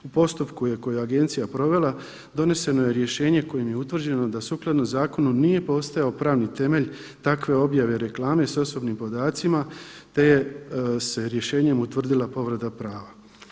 U postupku je koji je agencija provela doneseno je rješenje kojim je utvrđeno da sukladno zakonu nije postojao pravni temelj takve objave reklame sa osobnim podacima, te se rješenjem utvrdila povreda prava.